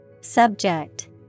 Subject